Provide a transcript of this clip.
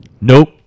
Nope